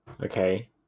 Okay